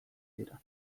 dira